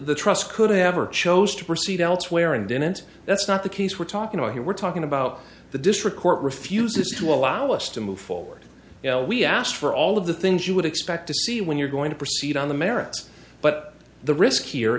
the trust could have or chose to proceed elsewhere and didn't that's not the case we're talking about here we're talking about the district court refuses to allow us to move forward we asked for all of the things you would expect to see when you're going to proceed on the merits but the risk here